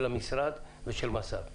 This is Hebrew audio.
של המשרד ושל מס"ב.